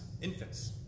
infants